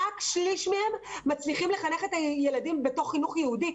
רק שליש מהם מצליחים לחנך את הילדים בתוך חינוך יהודי.